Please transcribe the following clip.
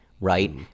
right